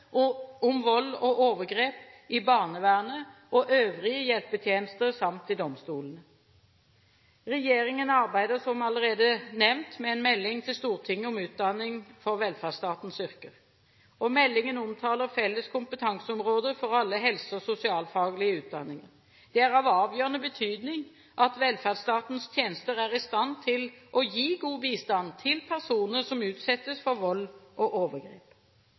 kompetansen om vold og overgrep i barnevernet og øvrige hjelpetjenester samt i domstolene. Regjeringen arbeider, som allerede nevnt, med en melding til Stortinget om utdanning for velferdsstatens yrker. Meldingen omtaler felles kompetanseområder for alle helse- og sosialfaglige utdanninger. Det er av avgjørende betydning at velferdsstatens tjenester er i stand til å gi god bistand til personer som utsettes for vold og